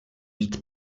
mít